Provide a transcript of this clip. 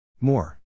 More